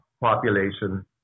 population